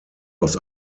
aus